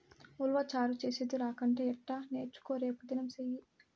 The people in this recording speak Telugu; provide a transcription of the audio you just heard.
ఉలవచారు చేసేది రాకంటే ఎట్టా నేర్చుకో రేపుదినం సెయ్యి